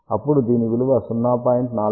అప్పుడు దీని విలువ 0